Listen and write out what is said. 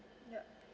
ya